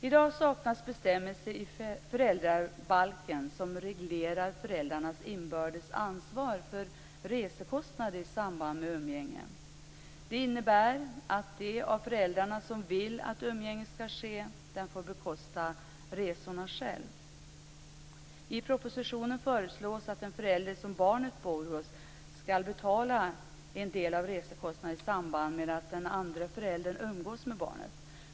I dag saknas bestämmelser i föräldrabalken som reglerar föräldrarnas inbördes ansvar för resekostnader i samband med umgänge. Det innebär att de av föräldrarna som vill att umgänge skall ske får bekosta resorna själv. I propositionen föreslås att den förälder som barnet bor hos skall betala en del av resekostnaderna i samband med att den andre föräldern umgås med barnet.